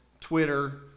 Twitter